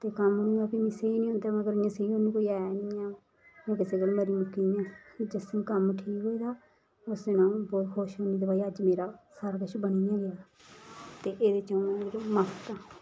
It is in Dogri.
ते कम्म नी होऐ फ्ही मिगी सेही नी होंदा मगर इयां सेही होंदा कि कोऊ ऐं इ'यां ऐ में मरी मुक्कीं आं जिस दिन कम्म ठीक होई जंदा उस दिन आ'ऊं बड़ी खुश होन्नी कि भाई अज्ज मेरा सारा किश बनी गै गेदा ते एह्दे च आ'ऊं मतलब मस्त आं